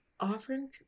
offering